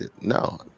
no